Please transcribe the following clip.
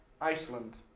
Iceland